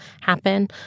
happen